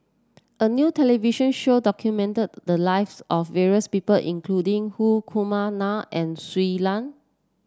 a new television show documented the lives of various people including Hri Kumar Nair and Shui Lan